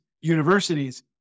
universities